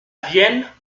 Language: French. vienne